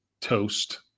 toast